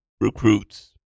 recruits